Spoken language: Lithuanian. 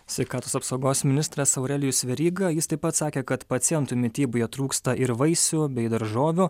sveikatos apsaugos ministras aurelijus veryga jis taip pat sakė kad pacientų mityboje trūksta ir vaisių bei daržovių